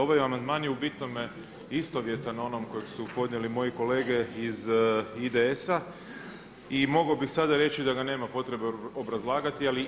Ovaj amandman je u bitnome istovjetan onom kojeg su podnijeli moje kolege iz IDS-a i mogao bih sada reći da ga nema potrebe obrazlagati, ali ima.